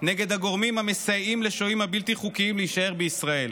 נגד הגורמים המסייעים לשוהים הבלתי-חוקיים להישאר בישראל.